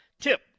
tip